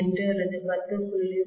2 அல்லது 10